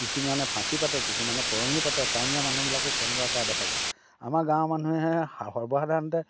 কিছুমানে ফাঁচি পাতে কিছুমানে পৰঙি পাতে টাউনীয়া মানুহবিলাকক তেনেকুৱা কৰা দেখা যায় আমাৰ গাঁৱৰ মানুহে সৰ্বসাধাৰণতে